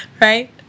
right